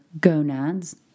gonads